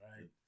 right